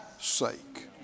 sake